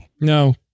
No